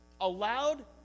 allowed